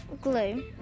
glue